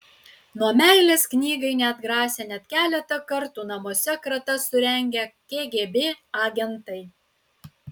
nuo meilės knygai neatgrasė net keletą kartų namuose kratas surengę kgb agentai